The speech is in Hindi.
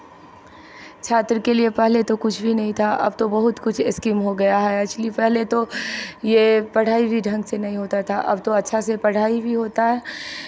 छात्र के लिए तो पहले कुछ भी नहीं था अब तो बहुत कुछ स्कीम हो गया है एक्चुअली पहले तो पढ़ाई भी ढंग से नहीं होता था अब तो अच्छा से पढ़ाई भी होता है